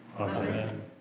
Amen